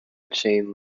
chain